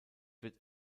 wird